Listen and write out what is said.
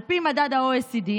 על פי מדד ה-OECD,